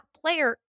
player